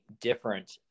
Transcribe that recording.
different